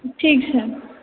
ठीक छै